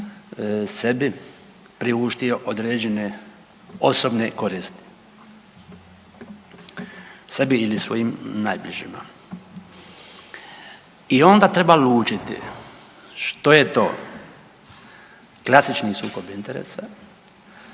sebi priuštio određene osobne koristi, sebi ili svojim najbližima. I onda treba lučiti što je to klasični sukob interesa,